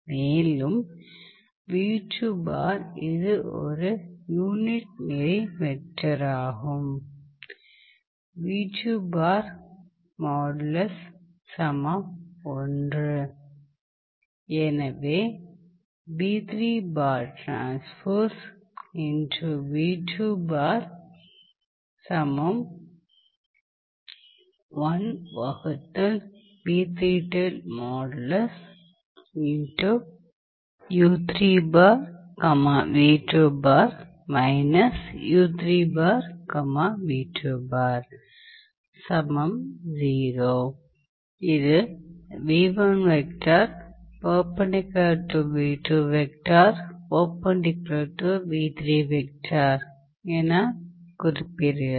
மேலும் இது ஒரு யூனிட் நெறி வெக்டராகும் எனவே இது என குறிக்கிறது